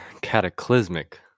cataclysmic